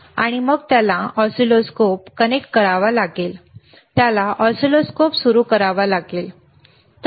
आणि मग त्याला ऑसिलोस्कोप कनेक्ट करावा लागेल त्याला ऑसिलोस्कोप सुरू करावा लागेल